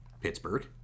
Pittsburgh